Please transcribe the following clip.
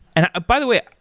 and by the way,